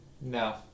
No